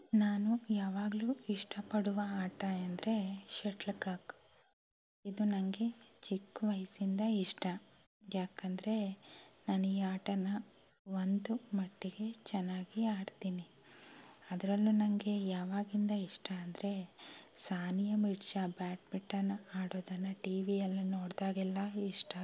ನಾನು ಯಾವಾಗಲೂ ಇಷ್ಟ ಪಡುವ ಆಟ ಎಂದರೆ ಶಟ್ಲ್ ಕಾಕ್ ಇದು ನನಗೆ ಚಿಕ್ಕ ವಯಸ್ಸಿಂದ ಇಷ್ಟ ಯಾಕಂದರೆ ನಾನು ಈ ಆಟನ ಒಂದು ಮಟ್ಟಿಗೆ ಚೆನ್ನಾಗಿ ಆಡ್ತೀನಿ ಅದರಲ್ಲೂ ನನಗೆ ಯಾವಾಗಿಂದ ಇಷ್ಟ ಅಂದರೆ ಸಾನಿಯಾ ಮಿರ್ಜಾ ಬ್ಯಾಟ್ಮಿಟನ್ ಆಡೋದನ್ನು ಟಿ ವಿಯಲ್ಲಿ ನೋಡಿದಾಗೆಲ್ಲ ಇಷ್ಟ ಆಗ್ತಿತ್ತು